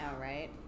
right